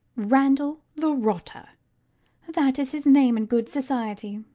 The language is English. randall the rotter that is his name in good society.